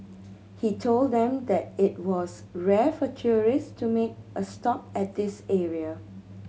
he told them that it was rare for tourist to make a stop at this area